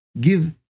give